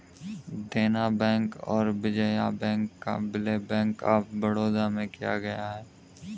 देना बैंक और विजया बैंक का विलय बैंक ऑफ बड़ौदा में किया गया है